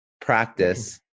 practice